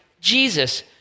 Jesus